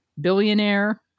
billionaire